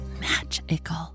magical